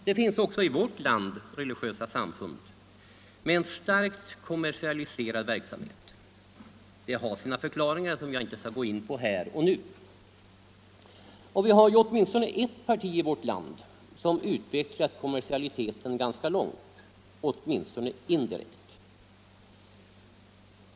Det finns också i vårt land religiösa samfund med en starkt kommersialiserad verksamhet. Det har sina förklaringar som jag inte skall gå in på nu och här. Och vi har ju åtminstone ert parti i vårt land som utvecklat kommersialiteten ganska långt — åtminstone indirekt.